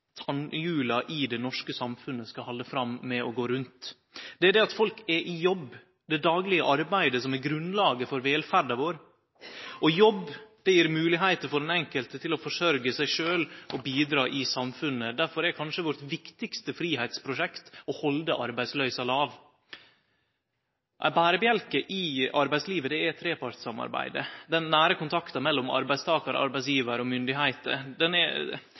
i det norske samfunnet skal halde fram med å gå rundt. Det er det at folk er i jobb, det daglege arbeidet, som er grunnlaget for velferda vår. Ein jobb gjev moglegheiter for den enkelte til å forsørgje seg sjølv og bidra i samfunnet. Difor er kanskje vårt viktigaste fridomsprosjekt å halde arbeidsløysa låg. Ei berebjelke i arbeidslivet er trepartssamarbeidet – den nære kontakta mellom arbeidstakar, arbeidsgjevar og myndigheiter. Det er